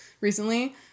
recently